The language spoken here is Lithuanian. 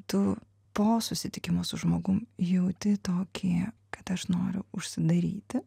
tu po susitikimo su žmogumi jauti tokį kad aš noriu užsidaryti